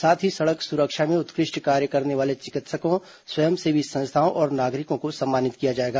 साथ ही सड़क सुरक्षा में उत्कृष्ट कार्य करने वाले चिकित्सकों स्वयंसेवी संस्थाओं और नागरिकों को सम्मानित किया जाएगा